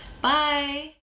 Bye